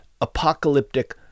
apocalyptic